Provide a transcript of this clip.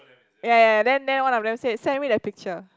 ya ya ya then then one of them said send me the picture